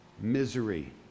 misery